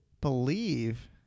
believe